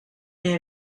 est